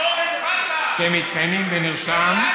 איפה אורן חזן, שמתקיימים בנרשם,